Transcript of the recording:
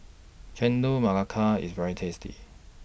Chendol Melaka IS very tasty